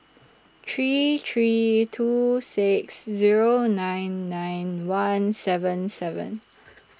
three three two six Zero nine nine one seven seven